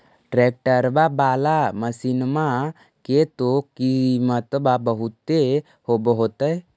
ट्रैक्टरबा बाला मसिन्मा के तो किमत्बा बहुते होब होतै?